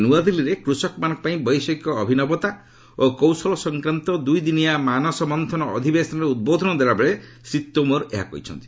ଆକି ନୂଆଦିଲ୍ଲୀରେ କୃଷକମାନଙ୍କ ପାଇଁ ବୈଷୟିକ ଅଭିନବତା ଓ କୌଶଳ ସଂକ୍ରାନ୍ତ ଦୁଇଦିନିଆ ମାନସମନ୍ଥନ ଅଧିଶେନରେ ଉଦ୍ବୋଧନ ଦେଲାବେଳେ ଶ୍ରୀ ତୋମାର ଏହା କହିଛନ୍ତି